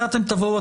זה אתם תבואו,